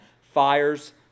fires